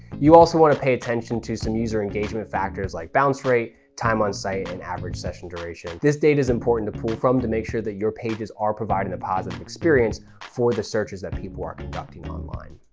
you also want to pay attention to some user engagement factors like bounce rate, time on site and average session duration. this data is important to pull from to make sure that your pages are providing a positive experience for the searches that people are conducting online.